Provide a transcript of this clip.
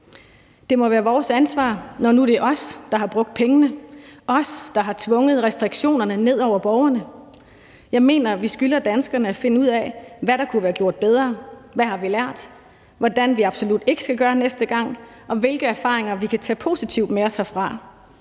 Det må være vores ansvar, når nu det er os, der har brugt pengene, og os, der har tvunget restriktionerne ned over borgerne. Jeg mener, at vi skylder danskerne at finde ud af, hvad der kunne være gjort bedre, hvad vi har lært, hvordan vi absolut ikke skal gøre næste gang, og hvilke erfaringer vi kan tage positivt med os herfra.